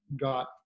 got